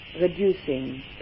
reducing